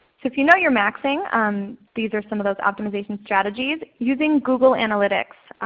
so if you know you are maxing um these are some of those optimization strategies using google analytics.